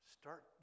start